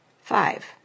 Five